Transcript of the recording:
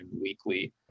weekly